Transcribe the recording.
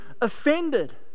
offended